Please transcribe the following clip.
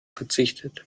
verzichtet